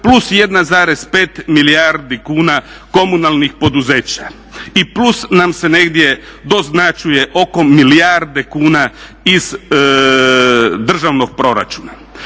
plus 1,5 milijardi kuna komunalnih poduzeća i plus nam se negdje doznačuje oko milijarde kuna iz državnog proračuna.